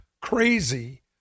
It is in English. crazy